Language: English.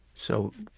so